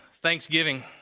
thanksgiving